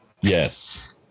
Yes